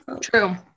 True